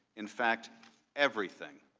in fact everything